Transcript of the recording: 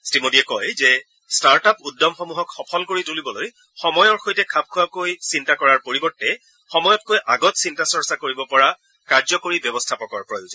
শ্ৰীমোডীয়ে কয় যে ষ্টাৰ্টআপ উদ্যমসমূহক সফল কৰি তুলিবলৈ সময়ৰ সৈতে খাপ খোৱাকৈ চিন্তা কৰাৰ পৰিৱৰ্তে সময়তকৈ আগত চিন্তা চৰ্চা কৰিব পৰা কাৰ্যকৰী ব্যৱস্থাপকৰ প্ৰয়োজন